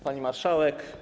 Pani Marszałek!